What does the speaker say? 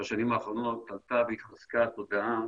בשנים האחרונות עלתה והתחזקה התודעה